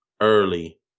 early